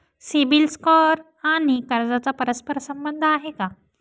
CIBIL score आणि कर्जाचा परस्पर संबंध आहे का?